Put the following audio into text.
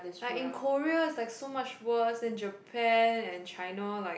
like in Korea it's like so much worse and Japan and China like